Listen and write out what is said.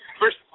first